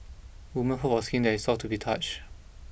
woman hope for skin that is soft to be touch